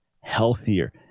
healthier